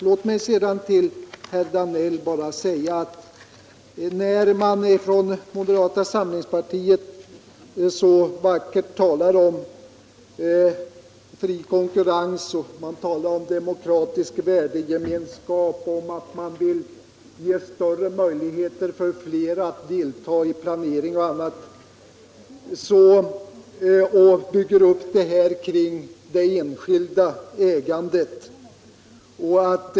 Låt mig sedan bara säga några ord till herr Danell. Moderata samlingspartiets representanter talar så vackert om fri konkurrens och demokratisk värdegemenskap. Man säger att man vill ge större möjligheter för flera att delta i planering och annat och bygger upp dessa resonemang kring det enskilda ägandet.